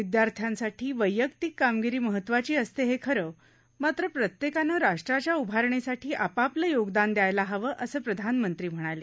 विद्यार्थ्यांसाठी वैयक्तिक कामगिरी महत्वाची असते हे खरं मात्र प्रत्येकानं राष्ट्राच्या उभारणीसाठी आपापलं योगदान द्यायला हवं असं प्रधानमंत्री यावेळी म्हणाले